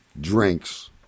drinks